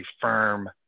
firm